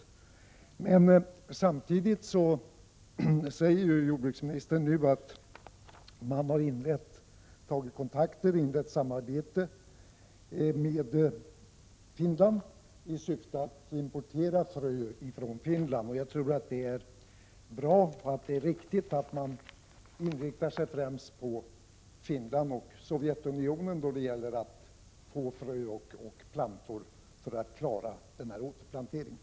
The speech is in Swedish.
Jordbruksministern säger samtidigt att man nu har tagit kontakt med och inlett samarbete med Finland, i syfte att importera frö från Finland. Jag tror att det är bra och att det är riktigt att man främst inriktar sig på Finland och Sovjetunionen då det gäller att få frö och plantor för att klara återplanteringen.